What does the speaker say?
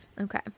Okay